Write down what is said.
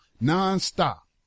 Non-stop